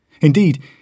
Indeed